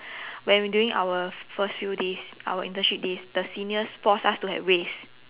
when we doing our first few days our internship days the seniors forced us to have race